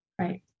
Right